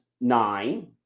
nine